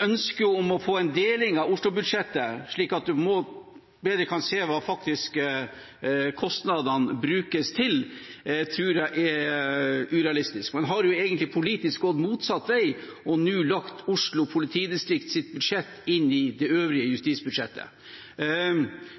ønske om å få en deling av Oslo-budsjettet, slik at en bedre kan se hva pengene faktisk brukes til, tror jeg er urealistisk. Man har jo egentlig politisk gått motsatt vei og nå lagt Oslo politidistrikts budsjett inn i det øvrige justisbudsjettet.